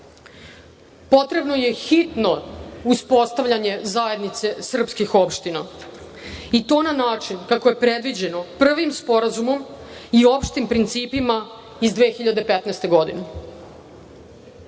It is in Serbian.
povratku. Potrebno je hitno uspostavljanje zajednice srpskih opština i to na način kako je predviđeno prvim sporazumom i opštim principima iz 2015. godine.